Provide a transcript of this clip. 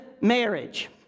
marriage